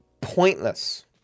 pointless